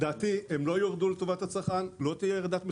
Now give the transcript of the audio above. לדעתי, לא תהיה ירידת מחירים,